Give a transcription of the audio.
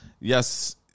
Yes